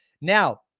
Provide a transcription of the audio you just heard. Now